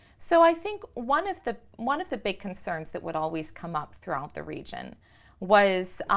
so i think one of the one of the big concerns that would always come up throughout the region was